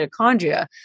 mitochondria